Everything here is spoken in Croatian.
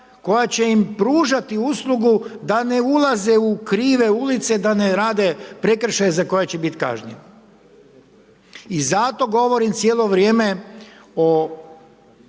koja će im pružati uslugu da ne ulaze u krive ulice, da ne rade prekršaj za koje će biti kažnjeni. I zato govorim cijelo vrijeme o